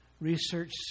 Research